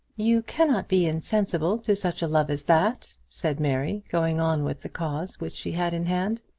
you cannot be insensible to such love as that! said mary, going on with the cause which she had in hand.